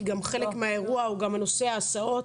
כי גם חלק מהאירוע הוא גם נושא ההסעות,